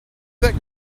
that